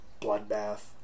bloodbath